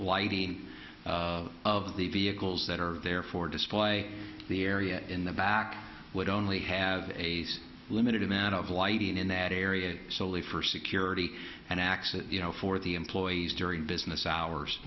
lighting of the vehicles that are there for display the area in the back would only have a limited amount of lighting in that area solely for security and access for the employees during business hours